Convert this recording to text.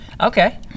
Okay